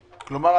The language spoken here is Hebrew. --- כלומר,